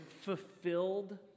fulfilled